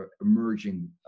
emerging